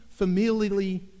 familially